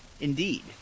Indeed